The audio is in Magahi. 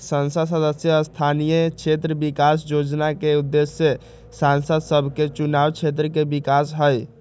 संसद सदस्य स्थानीय क्षेत्र विकास जोजना के उद्देश्य सांसद सभके चुनाव क्षेत्र के विकास हइ